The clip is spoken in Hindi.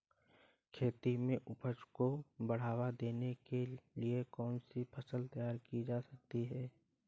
खेती में उपज को बढ़ावा देने के लिए कौन सी फसल तैयार की जा सकती है?